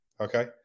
Okay